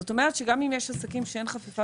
זאת אומרת שגם אם יש עסקים שאין חפיפה